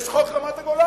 יש חוק רמת-הגולן.